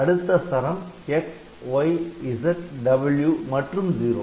அடுத்த சரம் X Y Z W மற்றும் '0'